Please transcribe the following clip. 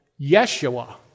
Yeshua